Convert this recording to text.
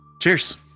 Cheers